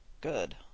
good